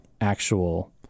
actual